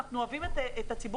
אנחנו אוהבים את הציבור